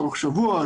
תוך שבוע,